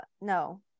No